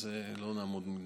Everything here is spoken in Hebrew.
אז לא נהיה נגד.